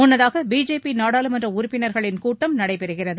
முன்னதாக பிஜேபி நாடாளுமன்ற உறுப்பினர்களின் கூட்டம் நடைபெறுகிறது